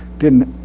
didn't